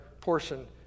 portion